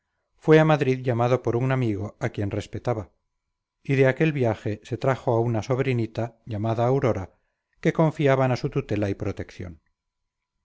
fue a madrid llamado por un amigo a quien respetaba y de aquel viaje se trajo una sobrinita llamada aurora que confiaban a su tutela y protección